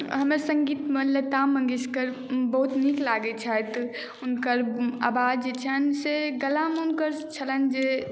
हमरा सङ्गीतमे लता मङ्गेशकर बहुत नीक लागैत छथि हुनकर आवाज जे छनि से गलामे हुनकर छलनि जे